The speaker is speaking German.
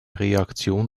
reaktion